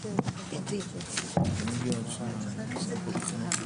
זה הפיגוע שמרב מיכאלי עושה בשפה העברית.